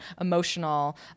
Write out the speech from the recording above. emotional